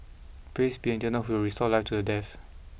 praise be the eternal who will restore life to the death